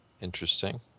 Interesting